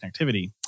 connectivity